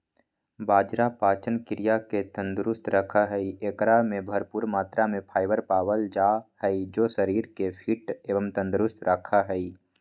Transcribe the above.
बाजरा पाचन क्रिया के तंदुरुस्त रखा हई, एकरा में भरपूर मात्रा में फाइबर पावल जा हई जो शरीर के फिट एवं तंदुरुस्त रखा हई